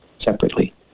separately